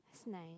it's nice